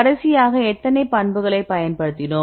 கடைசியாக எத்தனை பண்புகளைப் பயன்படுத்தினோம்